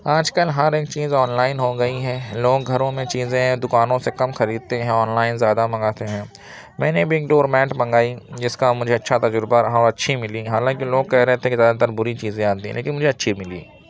آج کل ہر ایک چیز آن لائن ہو گئی ہے لوگ گھروں میں چیزیں دکانوں سے کم خریدتے ہیں آن لائن زیادہ منگاتے ہیں میں نے بھی ایک ڈور میٹ منگائی جس کا مجھے اچھا تجربہ رہا اور اچھی ملی حالانکہ لوگ کہہ رہے تھے کہ زیادہ تر بری چیزیں آتی ہیں لیکن مجھے اچھی ملی